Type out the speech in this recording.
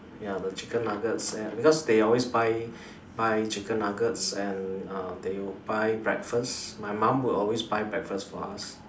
ya the chicken nuggets and because they always buy buy chicken nuggets and uh they would buy breakfast my mom will always buy breakfast for us